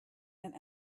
and